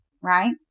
right